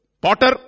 Potter